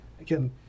again